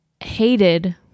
hated